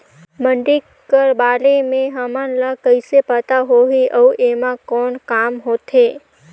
मंडी कर बारे म हमन ला कइसे पता होही अउ एमा कौन काम होथे?